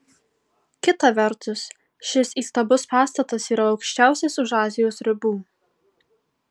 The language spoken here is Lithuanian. kita vertus šis įstabus pastatas yra aukščiausias už azijos ribų